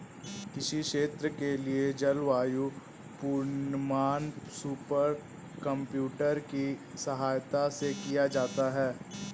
किसी क्षेत्र के लिए जलवायु पूर्वानुमान सुपर कंप्यूटर की सहायता से किया जाता है